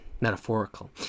metaphorical